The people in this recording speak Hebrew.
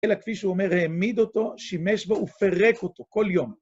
אלא, כפי שהוא אומר, העמיד אותו, שימש בו, ופרק אותו כל יום.